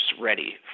ready